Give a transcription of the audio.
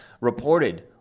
reported